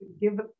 give